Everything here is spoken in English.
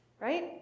right